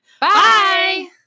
Bye